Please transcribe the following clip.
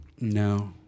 no